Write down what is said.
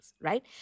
right